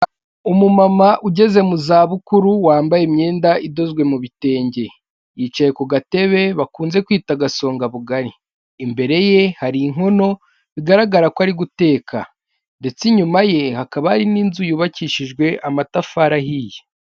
Umumama ugeze mu za bukuru wambaye imyenda idozwe mu bitenge, yicaye ku gatebe bakunze kwita agasongabugari, imbere ye hari inkono bigaragara ko ari guteka ndetse inyuma ye hakaba hari n'inzu y'ubakishijwe amatafari ahiye.